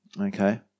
Okay